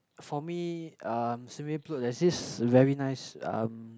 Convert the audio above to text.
for me um Sin-Ming Road there is very nice um